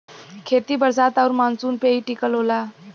खेती बरसात आउर मानसून पे ही टिकल होला